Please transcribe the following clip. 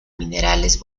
minerales